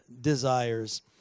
desires